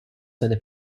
seine